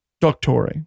Doctor